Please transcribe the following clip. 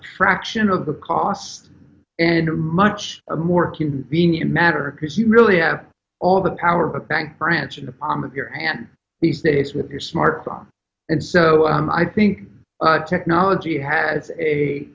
fraction of the cost and much more convenient matter because you really have all the power of a bank branch in the palm of your hand these days with your smartphone and so i think technology has a